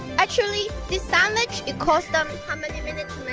actually, this sandwich, it costs them how many minutes